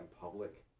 public